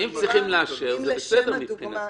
אם צריכים לאשר, זה בסדר מבחינתי.